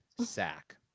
sack